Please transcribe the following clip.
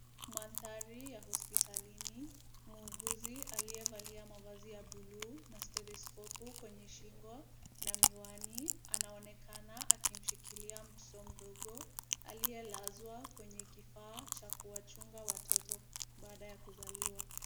Mandhari ya hospitalini. Muuguzi aliyevalia mavazi ya buluu na stetoskopu kwenye shingo na miwani, anaonekana akimshikilia mtoto mdogo, aliyelazwa kwenye kifaa cha kuwachunga watoto baada ya kuzaliwa.